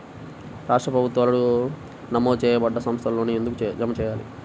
రాష్ట్ర ప్రభుత్వాలు నమోదు చేయబడ్డ సంస్థలలోనే ఎందుకు జమ చెయ్యాలి?